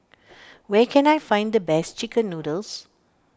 where can I find the best Chicken Noodles